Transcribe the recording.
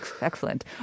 Excellent